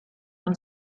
und